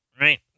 Right